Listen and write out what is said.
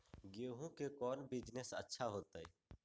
गेंहू के कौन बिजनेस अच्छा होतई?